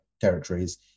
territories